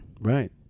right